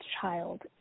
child